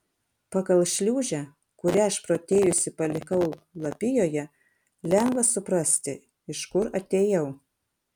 pagal šliūžę kurią išprotėjusi palikau lapijoje lengva suprasti iš kur atėjau